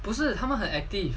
不是他们很 active